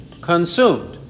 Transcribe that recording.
consumed